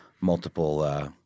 multiple –